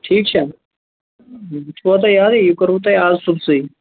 ٹھیٖک چھا یہِ چھُو تۄہہِ یادٕے یہِ کوٚروٕ تۄہہِ اَز صُبحسٕے